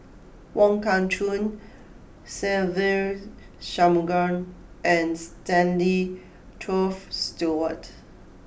Wong Kah Chun Se Ve Shanmugam and Stanley Toft Stewart